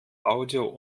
audio